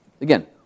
again